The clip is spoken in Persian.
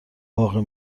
واقع